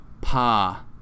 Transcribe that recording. Pa